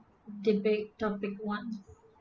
debate topic one